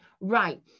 right